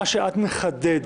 מה שאת מחדדת,